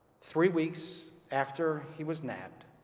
three weeks after he was nabbed,